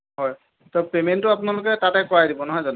হয় তো পেমেণ্টটো আপোনালোকে তাতে কৰাই দিব নহয় জানো